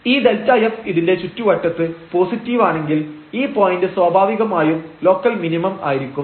ഈ Δf ഇതിന്റെ ചുറ്റുവട്ടത്ത് പോസിറ്റീവ് ആണെങ്കിൽ ഈ പോയന്റ് സ്വാഭാവികമായും ലോക്കൽ മിനിമം ആയിരിക്കും